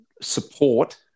support